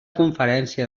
conferència